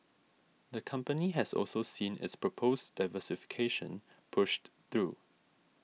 the company has also seen its proposed diversification pushed through